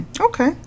okay